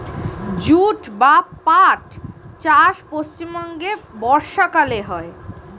jute বা পাট চাষ পশ্চিমবঙ্গে বর্ষাকালে হয়